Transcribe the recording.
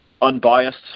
unbiased